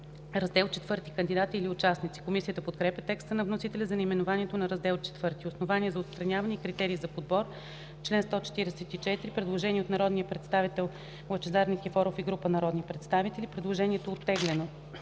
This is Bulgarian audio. „Раздел ІV – Кандидати и участници.” Комисията подкрепя текста на вносителя за наименованието на Раздел ІV. „Основания за отстраняване и критерии за подбор.” Има предложения от народния представител Лъчезар Никифоров и група народни представители. Предложението е оттеглено.